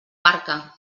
barca